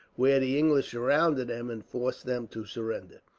where the english surrounded them and forced them to surrender.